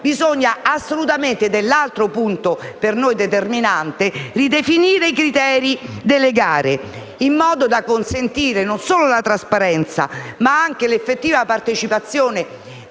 bisogna assolutamente - questo è l'altro punto per noi assolutamente determinante - ridefinire i criteri delle gare, in modo da consentire non solo la trasparenza, ma anche l'effettiva partecipazione